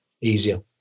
easier